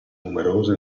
numerose